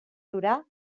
durar